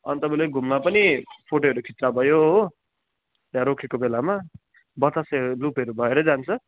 अनि तपाईँले घुममा पनि फोटोहरू खिच्दा भयो हो त्यहाँ रोकेको बेलामा बतासे लुपहरू भएरै जान्छ